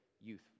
youth